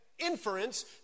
inference